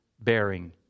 bearing